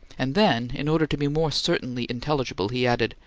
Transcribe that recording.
and then, in order to be more certainly intelligible, he added,